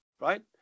right